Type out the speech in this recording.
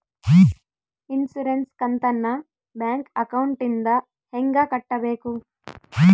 Insurance ಕಂತನ್ನ bank ಅಕೌಂಟಿಂದ ಹೆಂಗ ಕಟ್ಟಬೇಕು?